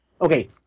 Okay